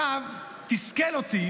תסכל אותי